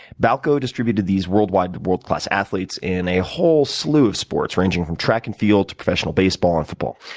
balco distributed these worldwide, world-class athletes in a whole slew of sports, ranging from track and field to professional baseball and football.